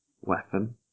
weapon